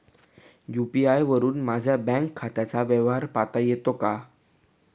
UPI वरुन माझ्या bank खात्याचा व्यवहार पाहता येतो का?